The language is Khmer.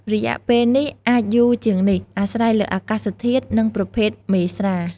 រយៈពេលនេះអាចយូរជាងនេះ អាស្រ័យលើអាកាសធាតុ និងប្រភេទមេស្រា។